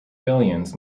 billions